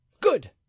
good